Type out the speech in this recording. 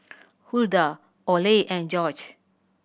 Hulda Orley and Jorge